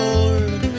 Lord